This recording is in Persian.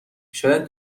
شاید